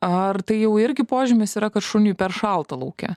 ar tai jau irgi požymis yra kad šuniui per šalta lauke